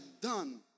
done